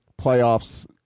playoffs